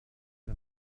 der